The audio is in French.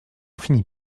finit